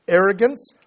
Arrogance